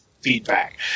feedback